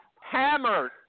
hammered